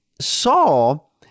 Saul